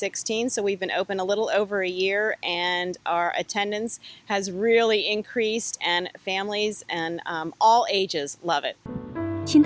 sixteen so we've been open a little over a year and our attendance has really increased and families and all ages love